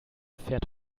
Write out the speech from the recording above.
fährt